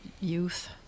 youth